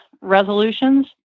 resolutions